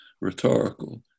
rhetorical